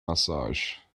massage